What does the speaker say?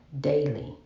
daily